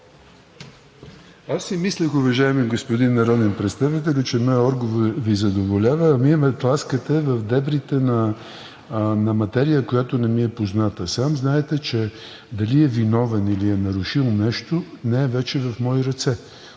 Аз си мислех, уважаеми господин народен представителю, че отговорът Ви задоволява, а Вие ме тласкате в дебрите на материя, която не ми е позната. Сам знаете, че дали е виновен, или е нарушил нещо, не е вече в мои ръце.